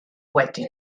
wedi